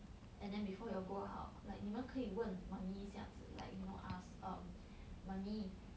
and then before you all go out like 你么可以问 mummy 一下子 like you know ask um mummy